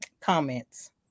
comments